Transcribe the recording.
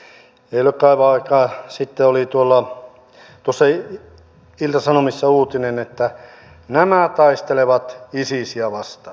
ei ole kauan aikaa kun ilta sanomissa oli uutinen että nämä taistelevat isisiä vastaan